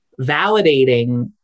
validating